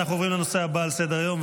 אנחנו עוברים לנושא הבא על סדר-היום,